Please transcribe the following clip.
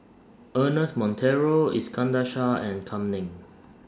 Ernest Monteiro Iskandar Shah and Kam Ning